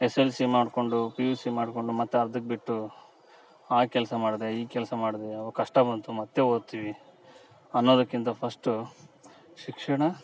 SSLC ಮಾಡಿಕೊಂಡು P U C ಮಾಡಿಕೊಂಡು ಮತ್ತು ಅರ್ಧಕ್ ಬಿಟ್ಟು ಆ ಕೆಲಸ ಮಾಡಿದೆ ಈ ಕೆಲಸ ಮಾಡಿದೆ ಅವಗ ಕಷ್ಟ ಬಂತು ಮತ್ತು ಓದ್ತಿವಿ ಅನ್ನೋದಕ್ಕಿಂತ ಫಸ್ಟು ಶಿಕ್ಷಣ